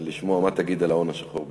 לשמוע מה תגיד על ההון השחור בישראל.